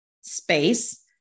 space